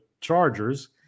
Chargers